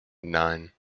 nine